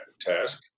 task